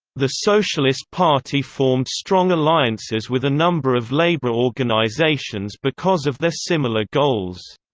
the socialist party formed strong alliances with a number of labor organizations because of their similar goals.